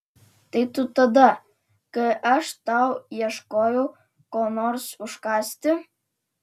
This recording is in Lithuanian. tai tu tada kai aš tau ieškojau ko nors užkąsti